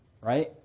Right